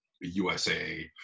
usa